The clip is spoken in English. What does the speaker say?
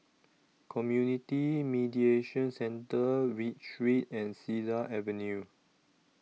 Community Mediation Centre Read Street and Cedar Avenue